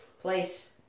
place